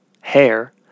Hair